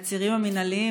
העצירים המינהליים,